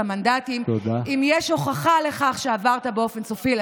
בימי רביעי, לא זוכר כמה פעמים בזמן האי-אמון.